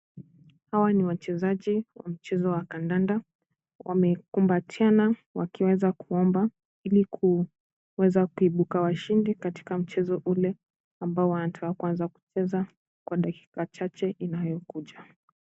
Hawa ni wachezaji wa mchezo wa kandanda ,wamekumbatiana wakiweza kuomba hili kuweza kuibuka washindi katika mchezo ule ambao wanataka kuanza kucheza kwa dakika chache inayokuja.